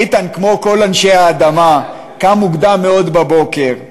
איתן, כמו כל אנשי האדמה, קם מוקדם מאוד בבוקר.